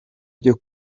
byo